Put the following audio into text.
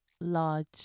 large